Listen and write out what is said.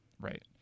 Right